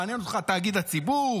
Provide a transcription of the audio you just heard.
מעניין אותך תאגיד הציבור?